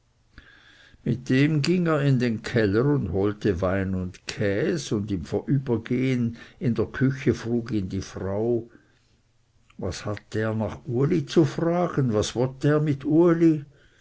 mit dem ging er in den keller und holte wein und käs und im vorbeigehen in der küche frug ihn die frau was hat der nach uli zu fragen was wott der mit uli